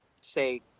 say